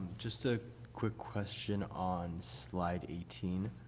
just a quick question on slide eighteen.